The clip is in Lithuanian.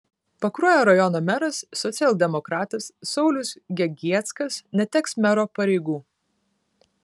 pakruojo rajono meras socialdemokratas saulius gegieckas neteks mero pareigų